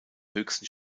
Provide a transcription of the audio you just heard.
höchsten